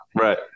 right